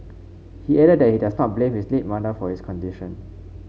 he added that he does not blame his late mother for his condition